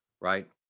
right